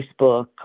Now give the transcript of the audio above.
Facebook